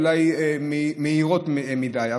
אולי מהירות מדי.